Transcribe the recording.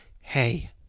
hey